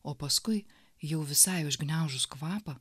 o paskui jau visai užgniaužus kvapą